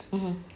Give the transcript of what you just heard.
mmhmm